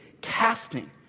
casting